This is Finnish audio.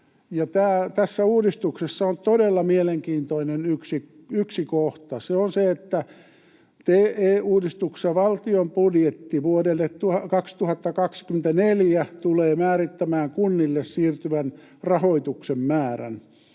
Tässä uudistuksessa on todella mielenkiintoinen yksi kohta. Se on se, että TE-uudistuksessa valtion budjetti vuodelle 2024 tulee määrittämään kunnille siirtyvän rahoituksen määrän.